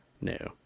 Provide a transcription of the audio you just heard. no